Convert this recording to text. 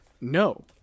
No